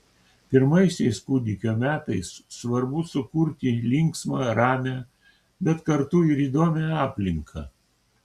pirmaisiais kūdikio metais svarbu sukurti linksmą ramią bet kartu ir įdomią aplinką